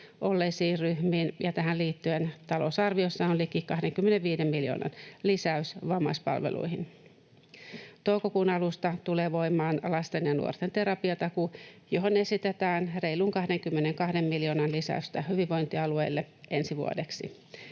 olleisiin ryhmiin, ja tähän liittyen talousarviossa on liki 25 miljoonan lisäys vammaispalveluihin. Toukokuun alusta tulee voimaan lasten ja nuorten terapiatakuu, johon esitetään reilun 22 miljoonan lisäystä hyvinvointialueille ensi vuodeksi.